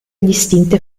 distinte